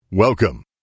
Welcome